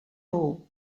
all